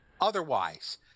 otherwise